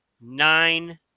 nine